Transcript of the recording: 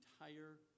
entire